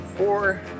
Four